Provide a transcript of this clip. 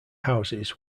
houses